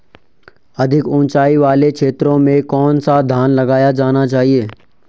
अधिक उँचाई वाले क्षेत्रों में कौन सा धान लगाया जाना चाहिए?